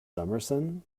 summerson